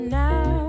now